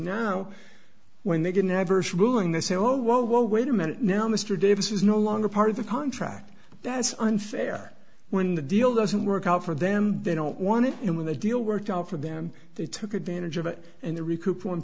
now when they get an adverse ruling they say oh whoa whoa wait a minute now mr davis is no longer part of the contract that's unfair when the deal doesn't work out for them they don't want it in with a deal worked out for them they took advantage of it and the recoup one